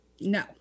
no